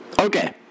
okay